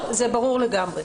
זה ברור לגמרי.